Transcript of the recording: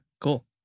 cool